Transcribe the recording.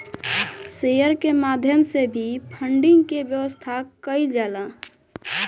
share के माध्यम से भी फंडिंग के व्यवस्था कईल जाला